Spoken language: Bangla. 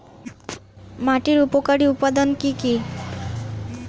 মাটির উপকারী উপাদান কি কি?